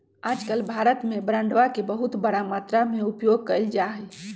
आजकल भारत में बांडवा के बहुत बड़ा मात्रा में उपयोग कइल जाहई